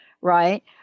right